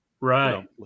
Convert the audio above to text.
Right